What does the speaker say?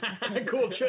cool